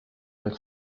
nel